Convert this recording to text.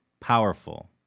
Powerful